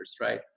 right